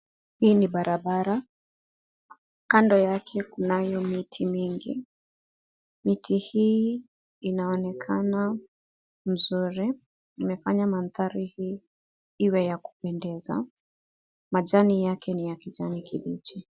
Hii ni barabara. Kando yake kunayo miti mingi. Miti hii inaonekana mzuri, imefanya mandhari hii iwe ya kupendeza. Majani yake ni ya kijani kibichi.